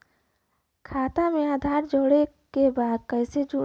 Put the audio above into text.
खाता में आधार जोड़े के बा कैसे जुड़ी?